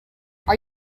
are